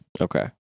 okay